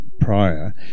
prior